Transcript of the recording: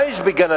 מה יש בגן-המלך?